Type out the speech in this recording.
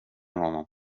honom